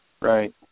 Right